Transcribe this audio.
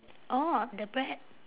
orh the bread